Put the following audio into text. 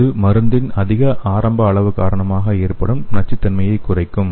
இது மருந்தின் அதிக ஆரம்ப அளவு காரணமாக ஏற்படும் நச்சுத்தன்மையைக் குறைக்கும்